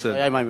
עם המיקרופון.